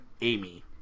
Amy